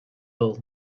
all